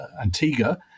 Antigua